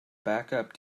backup